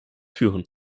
führen